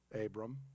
Abram